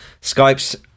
Skype's